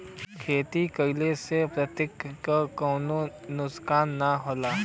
खेती कइले से प्रकृति के कउनो नुकसान ना होला